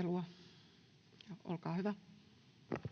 Toinen varapuhemies Tarja Filatov